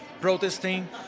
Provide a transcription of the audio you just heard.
protesting